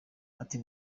ati